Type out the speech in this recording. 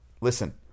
Listen